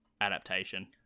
adaptation